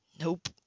Nope